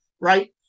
right